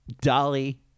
Dolly